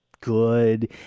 good